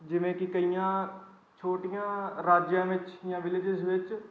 ਜਿਵੇਂ ਕਿ ਕਈਆਂ ਛੋਟੀਆਂ ਰਾਜਾਂ ਵਿੱਚ ਜਾਂ ਵਿਲੇਜਸ ਵਿੱਚ